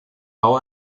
bau